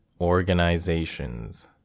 organizations